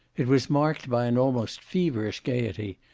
it was marked by an almost feverish gayety,